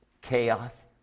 Chaos